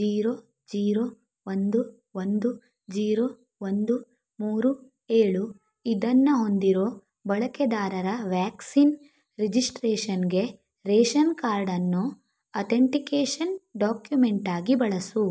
zero zero ಒಂದು ಒಂದು zero ಒಂದು ಮೂರು ಏಳು ಇದನ್ನು ಹೊಂದಿರೋ ಬಳಕೆದಾರರ ವ್ಯಾಕ್ಸಿನ್ ರಿಜಿಸ್ಟ್ರೇಷನ್ಗೆ ರೇಷನ್ ಕಾರ್ಡನ್ನು ಅತೆಂಟಿಕೇಷನ್ ಡಾಕ್ಯುಮೆಂಟಾಗಿ ಬಳಸು